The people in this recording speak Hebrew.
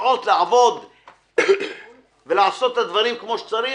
יודעים לעבוד ולעשות את הדברים כמו שצריך,